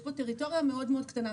יש פה טריטוריה מאוד מאוד קטנה.